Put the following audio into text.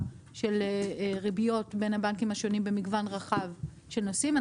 של ריביות בין הבנקים השונים במגוון רחב של נושאים.